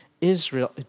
Israel